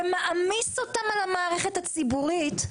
ומעמיס אותם על המערכת הציבורית,